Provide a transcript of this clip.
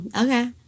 Okay